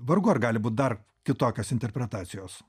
vargu ar gali būt dar kitokios interpretacijos